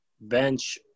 bench